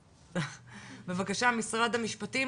בבקשה משרד המשפטים,